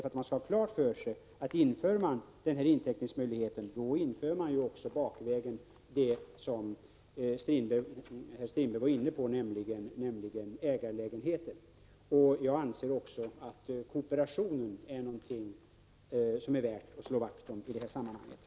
Man skall ha klart för sig att om man inför den föreslagna möjligheten till inteckning, då inför man bakvägen det som herr Strindberg var inne på, nämligen ägarlägenheter. Jag anser även att kooperationen är något som är värt att slå vakt om i detta sammanhang.